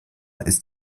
ist